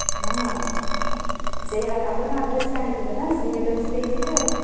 ହଁ ହଁ ସେହି ଆପଣ ତ ଆଡ଼୍ରେସ୍ ଜାଣିଥିବେ ନା ସେହି ଆଡ଼୍ରେସ୍ ଦେଇଯିବେ ଆଉ